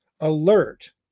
alert